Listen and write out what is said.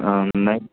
ആ